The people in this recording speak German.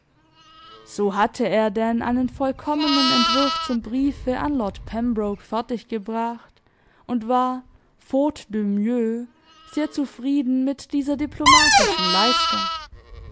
so hatte er denn einen vollkommenen entwurf zum briefe an lord pembroke fertig gebracht und war faute de mieux sehr zufrieden mit dieser diplomatischen leistung